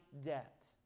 debt